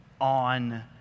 on